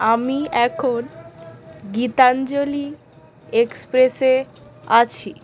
আমি এখন গীতাঞ্জলি এক্সপ্রেসে আছি